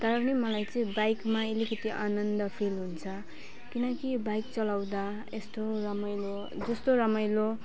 तर पनि मलाई चाहिँ बाइकमा अलिकति आनन्द फिल हुन्छ किनकि यो बाइक चलाउँदा यस्तो रमाइलो जस्तो रमाइलो